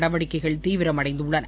நடவடிக்கைகள் தீவிரமடைந்துள்ளன